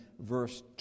verse